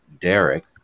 Derek